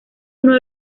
uno